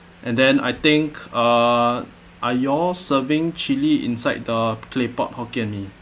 and then I think uh are you all serving chili inside the claypot hokkien mee